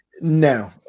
No